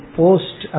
post